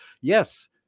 yes